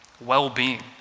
well-being